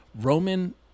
Roman